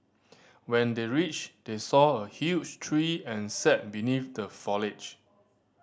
when they reached they saw a huge tree and sat beneath the foliage